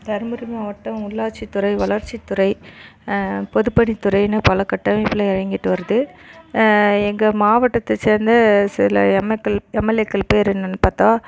பெரம்பலூர் மாவட்ட உள் ஆட்சி துறை வளர்ச்சி துறை பொதுப்பணி துறைன்னு பல கட்டமைப்பள இயங்கிட்டு வருது எங்கள் மாவட்டத்தை சேர்ந்த சில எம்எல்ஏக்கள் பேர் என்னெனனு பார்த்தா